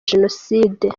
jenoside